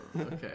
okay